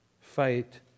fight